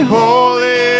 holy